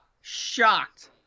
shocked